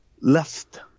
left